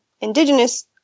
indigenous